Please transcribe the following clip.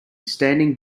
standing